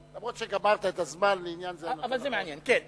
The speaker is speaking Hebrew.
אף שגמרת את הזמן לעניין זה, אני מוסיף